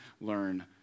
learn